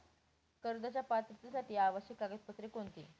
कर्जाच्या पात्रतेसाठी आवश्यक कागदपत्रे कोणती?